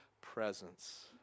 presence